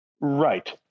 Right